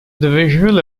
visual